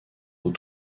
aux